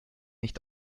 nicht